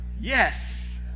Yes